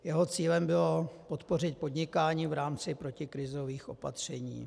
Jeho cílem bylo podpořit podnikání v rámci protikrizových opatření.